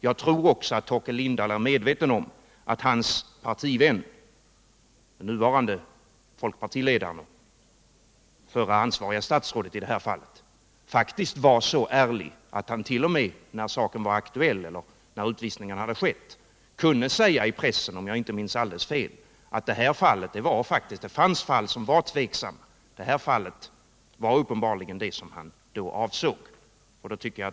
Jag tror också att Torkel Lindahl är medveten om att hans partivän, den nuvarande folkpartiledaren och det förra ansvariga statsrådet i det här fallet, faktiskt var så ärlig att han t.o.m. när utvisningen hade skett kunde säga i pressen — om jag inte minns alldeles fel — att det fanns fall som var tvivelaktiga. Det här fallet var uppenbarligen det som han då avsåg.